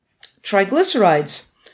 triglycerides